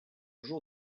jour